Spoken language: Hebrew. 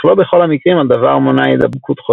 אך לא בכל המקרים הדבר מונע הידבקות חוזרת.